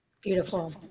beautiful